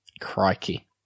Crikey